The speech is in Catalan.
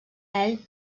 ell